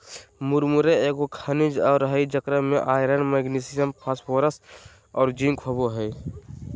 मुरमुरे एगो खनिज हइ जेकरा में आयरन, मैग्नीशियम, फास्फोरस और जिंक होबो हइ